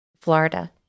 Florida